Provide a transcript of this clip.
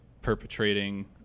perpetrating